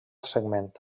segment